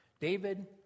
David